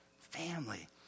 family